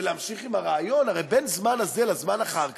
ולהמשיך עם הרעיון, הרי בין הזמן הזה לזמן אחר כך,